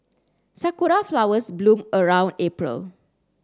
sakura flowers bloom around April